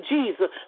Jesus